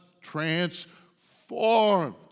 transformed